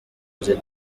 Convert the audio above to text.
the